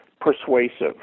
persuasive